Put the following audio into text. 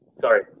Sorry